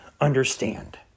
understand